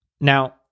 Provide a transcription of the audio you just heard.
Now